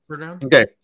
okay